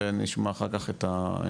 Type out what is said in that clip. ונשמע אחר כך את המורות,